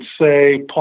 say